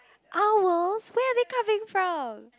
owls where are they coming from